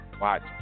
watch